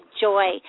joy